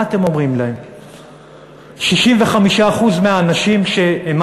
ומה אתם אומרים להם?65% מהאנשים שהם